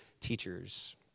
teachers